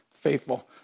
faithful